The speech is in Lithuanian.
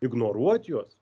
ignoruot juos